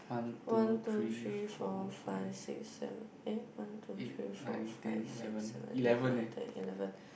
one two three four five six seven eh one two three four five six seven eight nine ten eleven